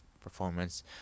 performance